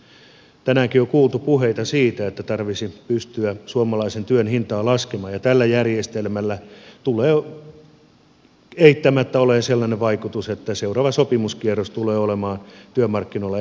tänäänkin on kuultu puheita siitä että tarvitsisi pystyä suomalaisen työn hintaa laskemaan ja tällä järjestelmällä tulee eittämättä olemaan sellainen vaikutus että seuraava sopimuskierros tulee olemaan työmarkkinoilla erittäin vaikea